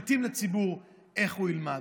מחליטים לציבור איך הוא ילמד,